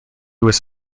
was